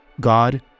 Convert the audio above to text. God